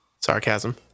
Sarcasm